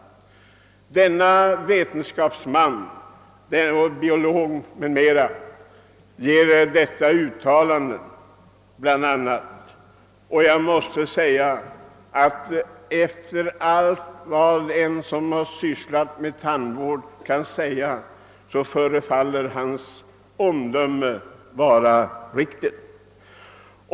Denne vetenskapsman, biolog m.m., har alltså uttalat bl.a. detta. Såvitt jag förstår är hans synpunkter riktiga.